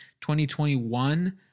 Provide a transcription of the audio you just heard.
2021